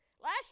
Last